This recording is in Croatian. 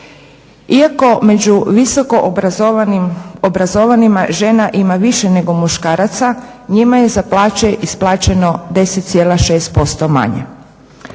Iako među visoko obrazovanima žena ima više nego muškaraca njima je za plaće isplaćeno 10,6% manje.